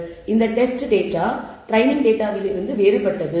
இந்த test data training டேட்டாவில் இருந்து வேறுபட்டது